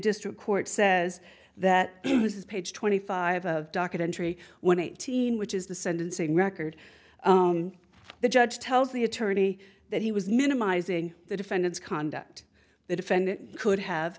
district court says that this is page twenty five of docket entry one eighteen which is the sentencing record the judge tells the attorney that he was minimizing the defendant's conduct the defendant could have